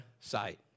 sight